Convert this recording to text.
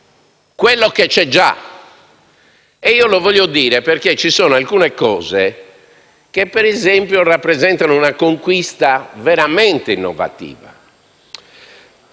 quello che c'è già. Lo voglio dire perché ci sono alcune cose che, ad esempio, rappresentano una conquista veramente innovativa.